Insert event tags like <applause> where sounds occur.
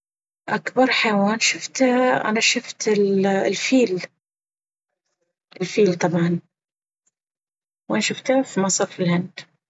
أكبر حيوان شفته <hesitation> أنا شفت الفيل. الفيل طبعا! وين شفته؟ في مصر والهند.